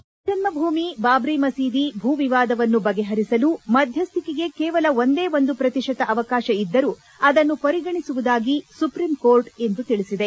ರಾಮಜನ್ನಭೂಮಿ ಬಾಬರಿ ಮಸೀದಿ ಭೂ ವಿವಾದವನ್ನು ಬಗೆಹರಿಸಲು ಮಧ್ಯಸ್ಥಿಕೆಗೆ ಕೇವಲ ಒಂದೇ ಒಂದು ಪ್ರತಿಶತ ಅವಕಾಶ ಇದ್ದರೂ ಅದನ್ನು ಪರಿಗಣಿಸುವುದಾಗಿ ಸುಪ್ರೀಂಕೋರ್ಟ್ ಇಂದು ತಿಳಿಸಿದೆ